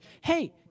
Hey